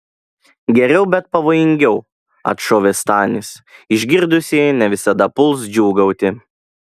geriau bet pavojingiau atšovė stanis išgirdusieji ne visada puls džiūgauti